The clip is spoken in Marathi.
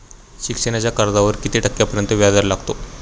शिक्षणाच्या कर्जावर किती टक्क्यांपर्यंत व्याजदर लागेल?